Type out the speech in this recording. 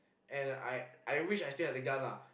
and I I wish I still have the gun lah